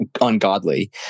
ungodly